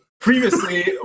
previously